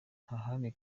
ntahandi